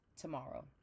tomorrow